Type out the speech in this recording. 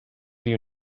you